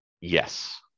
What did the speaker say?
yes